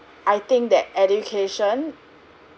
I think that education